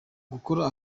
gukora